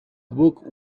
book